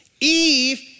Eve